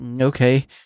Okay